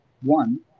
one